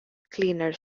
cleaner